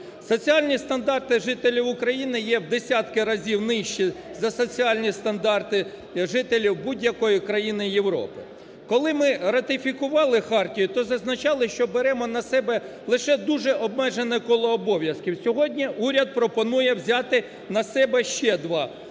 Соціальні стандарти жителів України є в десятки разів нижчі за соціальні стандарти жителів будь-якої країни Європи. Коли ми ратифікували хартію, то зазначали, що беремо на себе лише дуже обмежене коло обов'язків. Сьогодні уряд пропонує взяти на себе ще два: